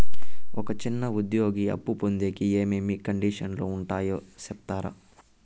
ఒక చిన్న ఉద్యోగి అప్పు పొందేకి ఏమేమి కండిషన్లు ఉంటాయో సెప్తారా?